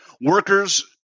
workers